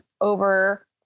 over